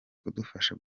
kudufasha